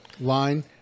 line